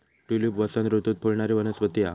tulip वसंत ऋतूत फुलणारी वनस्पती हा